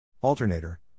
Alternator